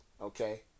okay